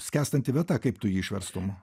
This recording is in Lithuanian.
skęstanti vieta kaip tu jį išverstum